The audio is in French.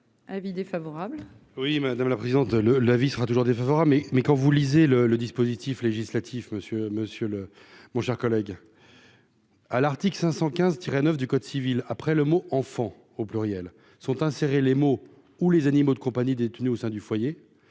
avis défavorable. Oui, madame la présidente, le la vie sera toujours défavorable mais mais quand vous lisez le le dispositif législatif monsieur monsieur le mon cher collègue à l'article 515 tiré 9 du code civil après le mot enfant au pluriel sont insérés les mots ou les animaux de compagnie détenues au sein du foyer,